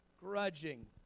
grudging